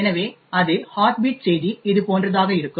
எனவே அது heart beat செய்தி இதுபோன்றதாக இருக்கும்